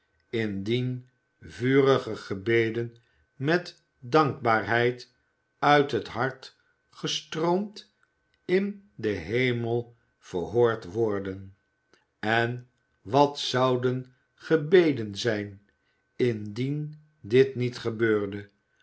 indien vurige gebeden met dankbaarheid uit het hart gestroomd in den hemel verhoord worden en wat zouden gebeden zijn indien dit niet gebeurde